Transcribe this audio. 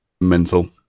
Mental